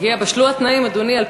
בשלו התנאים, אדוני.